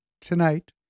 tonight